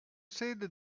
sede